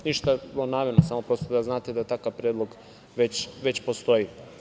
Ništa zlonamerno, samo prosto da znate da takav predlog već postoji.